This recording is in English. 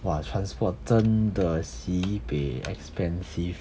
!wah! transport 真的 sibei expensive